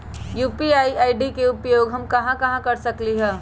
UPI ID के उपयोग हम कहां कहां कर सकली ह?